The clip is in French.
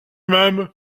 même